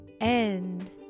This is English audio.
End